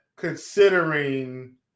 considering